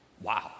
Wow